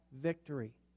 victory